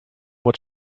what